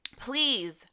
Please